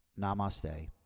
Namaste